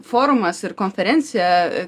forumas ir konferencija